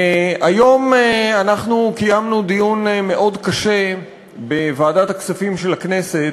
היום קיימנו דיון מאוד קשה בוועדת הכספים של הכנסת